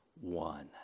one